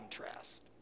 contrast